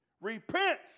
Repent